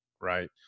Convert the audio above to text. Right